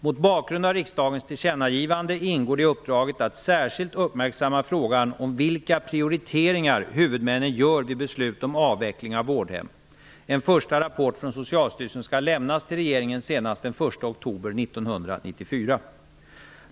Mot bakgrund av riksdagens tillkännagivande ingår det i uppdraget att särskilt uppmärksamma frågan om vilka prioriteringar huvudmännen gör vid beslut om avveckling av vårdhem. En första rapport från Socialstyrelsen skall lämnas till regeringen senast den 1 oktober 1994.